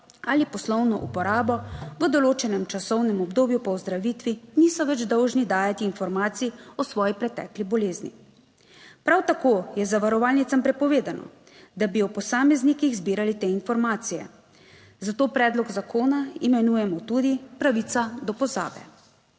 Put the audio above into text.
ali poslovno uporabo v določenem časovnem obdobju po ozdravitvi niso več dolžni dajati informacij o svoji pretekli bolezni. Prav tako je zavarovalnicam prepovedano, da bi o posameznikih zbirali te informacije. Zato predlog zakona imenujemo tudi pravica do pozabe.